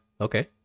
Okay